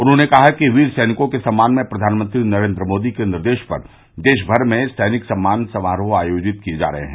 उन्होंने कहा कि वीर सैनिकों के सम्मान में प्रधानमंत्री नरेन्द्र मोदी के निर्देश पर देश भर में सैनिक सम्मान समारोह आयोजित किये जा रहे हैं